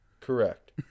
Correct